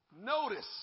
Notice